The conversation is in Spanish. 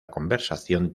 conversación